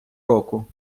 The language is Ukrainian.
року